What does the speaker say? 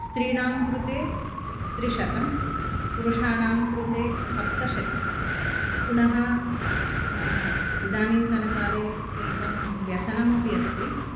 स्त्रीणां कृते त्रिशतं पुरुषाणां कृते सप्तशतं पुनः इदानीन्तनकाले एकं व्यसनमपि अस्ति